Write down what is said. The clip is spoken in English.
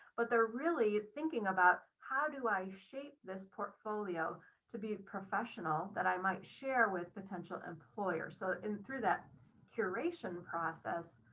but they're really thinking about how do i shape this portfolio to be professional that i might share with potential employer. so in through that curation process,